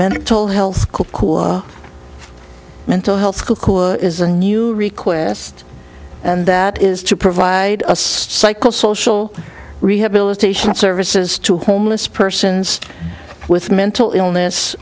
mental health mental health is a new request and that is to provide a cycle social rehabilitation services to homeless persons with mental illness